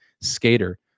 skater